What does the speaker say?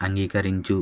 అంగీకరించు